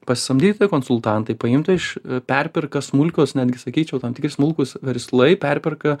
pasamdyti konsultantai paimta iš perperka smulkios netgi sakyčiau tam tikri smulkūs verslai perperka